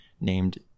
named